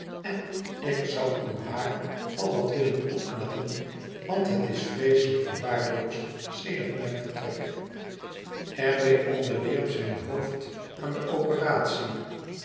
en ik zou uw haar wel wat willen opknappen want het is vreeselijk verwaarloosd sedert mijn vertrek r w onderwierp zijn hoofd aan de operatie